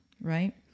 right